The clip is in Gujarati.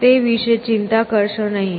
તે વિશે ચિંતા કરશો નહીં